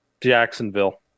Jacksonville